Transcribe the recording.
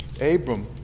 Abram